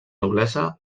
noblesa